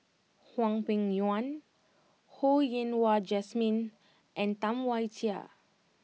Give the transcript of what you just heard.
Hwang Peng Yuan Ho Yen Wah Jesmine and Tam Wai Jia